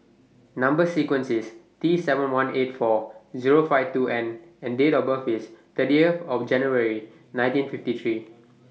Number sequence IS T seven one eight four Zero five two N and Date of birth IS thirtieth of January nineteen fifty three